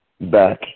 back